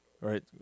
right